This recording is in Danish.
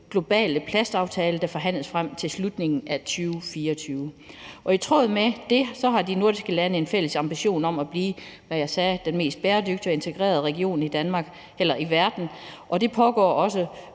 globale plastaftale, der forhandles frem til slutningen af 2024. I tråd med det har de nordiske lande en fælles ambition om at blive, som jeg sagde, den mest bæredygtige og integrerede region i verden, og der pågår også